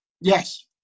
Yes